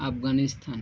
Afghanistan